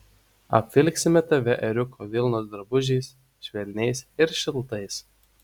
apvilksime tave ėriuko vilnos drabužiais švelniais ir šiltais